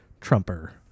Trumper